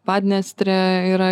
padniestrė yra